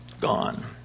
gone